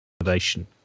Innovation